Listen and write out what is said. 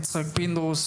יצחק פינדרוס,